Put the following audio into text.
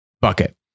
bucket